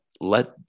let